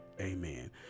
amen